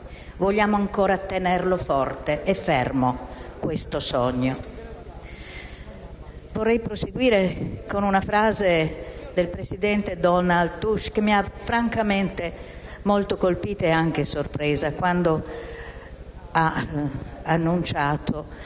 vogliamo ancora tenere forte e fermo questo sogno. Vorrei proseguire con una frase del presidente Donald Tusk, il quale mi ha francamente molto colpita e anche sorpresa quando ha annunciato